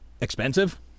Expensive